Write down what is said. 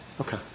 Okay